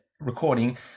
recording